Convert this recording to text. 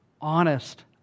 honest